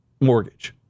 mortgage